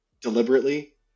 deliberately